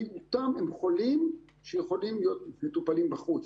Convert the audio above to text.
מיעוטם חולים שיכולים להיות מטופלים בחוץ,